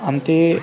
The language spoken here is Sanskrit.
अन्ते